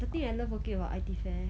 the thing I love working about I_T fair